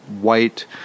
white